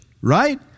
right